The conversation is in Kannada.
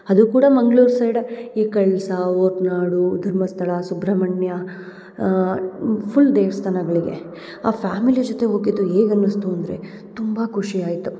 ಅದು ಕೂಡ ಮಂಗ್ಳೂರು ಸೈಡ ಈ ಕಳಸ ಹೊರ್ನಾಡು ಧರ್ಮಸ್ಥಳ ಸುಬ್ರಹ್ಮಣ್ಯ ಫುಲ್ ದೇವ್ಸ್ಥಾನಗಳಿಗೆ ಆ ಫ್ಯಾಮಿಲಿ ಜೊತೆ ಹೋಗಿದ್ದು ಹೇಗೆ ಅನುಸ್ತು ಅಂದರೆ ತುಂಬ ಖುಷಿ ಆಯ್ತು